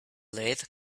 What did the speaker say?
lathe